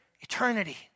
eternity